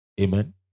Amen